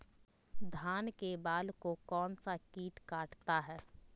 धान के बाल को कौन सा किट काटता है?